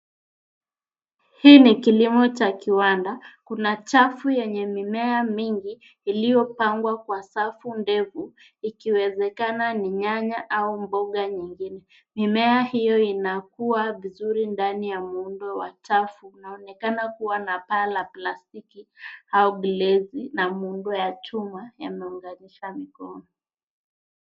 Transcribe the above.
Hii ni kilimo cha kiwanda kuna chafu yenye mimea mingi iliyopangwa kwa safu ndefu ikiwezekana ni nyanya au mboga nyingine, mimea hiyo inakuwa vizuri ndani ya muundo wa chafu unaonekana kuwa na paa la plastiki au glasi na muundo wa chuma yameunganishwa mikono.